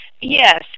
Yes